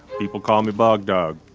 people call me bug doug.